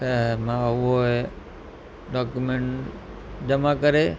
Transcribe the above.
त मां उहो डॉक्यूमेंट जमा करे